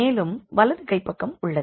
மேலும் வலது கைப்பக்கம் உள்ளது